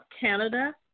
Canada